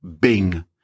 Bing